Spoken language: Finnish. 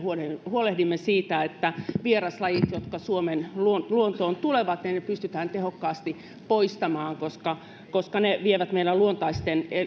huolehdimme siitä että vieraslajit jotka suomen luontoon luontoon tulevat pystytään tehokkaasti poistamaan koska koska ne vievät meidän luontaisten